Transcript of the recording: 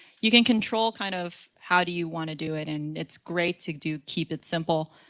you can control kind of how do you want to do it and it's great to do. keep it simple.